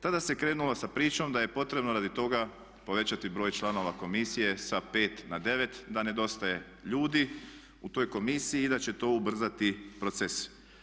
Tada se krenulo sa pričom da je potrebno radi toga povećati broj članova komisije sa 5 na 9, da nedostaje ljudi u toj komisiji i da će to ubrzati proces.